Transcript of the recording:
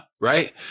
Right